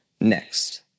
next